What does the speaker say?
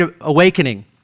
awakening